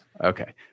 Okay